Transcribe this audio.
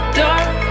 dark